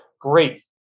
Great